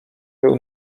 był